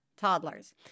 toddlers